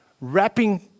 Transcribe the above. wrapping